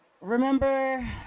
remember